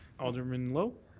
alderman lowe?